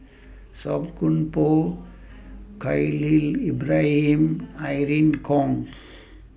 Song Koon Poh Khalil Ibrahim Irene Khong